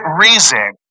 reason